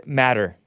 matter